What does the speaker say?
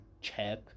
check